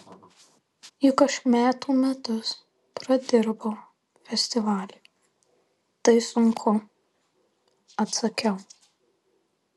juk aš metų metus pradirbau festivaliui tai sunku atsakiau